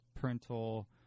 parental